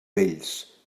vells